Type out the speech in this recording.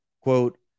quote